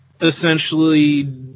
essentially